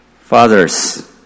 Fathers